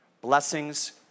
Blessings